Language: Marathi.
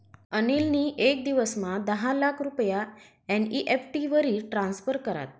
अनिल नी येक दिवसमा दहा लाख रुपया एन.ई.एफ.टी वरी ट्रान्स्फर करात